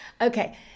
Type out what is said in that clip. Okay